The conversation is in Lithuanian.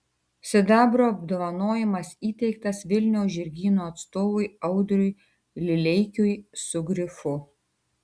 sidabro apdovanojimas įteiktas vilniaus žirgyno atstovui audriui lileikiui su grifu